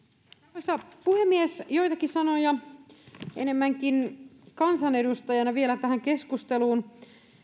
arvoisa puhemies joitakin sanoja enemmänkin kansanedustajana vielä tähän keskusteluun